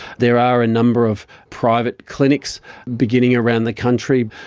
there are a number of private clinics beginning around the country.